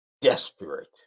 desperate